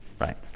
Right